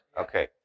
okay